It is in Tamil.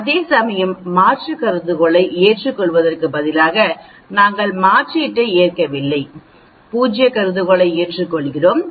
அதேசமயம் மாற்று கருதுகோளை ஏற்றுக்கொள்வதற்கு பதிலாக நாங்கள் மாற்றீட்டை ஏற்கவில்லை பூஜ்ய கருதுகோளை ஏற்றுக்கொள்கிறோம்